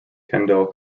kendall